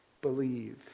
Believe